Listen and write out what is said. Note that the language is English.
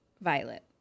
Violet